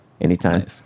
anytime